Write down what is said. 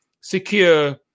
secure